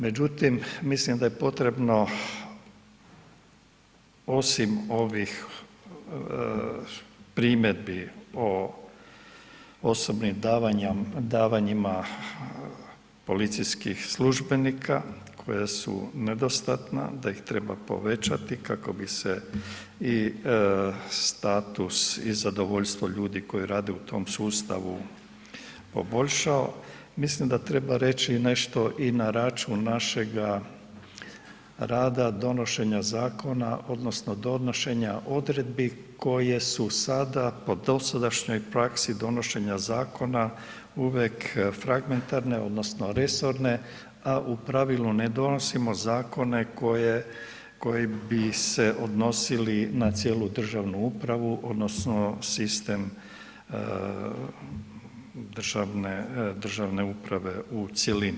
Međutim mislim da je potrebno osim ovih primjedbi o osobnim davanjima policijskih službenika koja su nedostatna da ih treba povećati kako bi se i status i zadovoljstvo ljudi koji rade u tom sustavu poboljšao, mislim da treba reći nešto i na račun našega rada, donošenja zakona odnosno donošenja odredbi koje su sada o dosadašnjoj praksi donošenja zakona uvijek fragmentarne odnosno resorne a u pravilu ne donosimo zakone koji bi se odnosili na cijelu državnu upravu odnosno sistem državne uprave u cjelini.